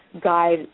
guide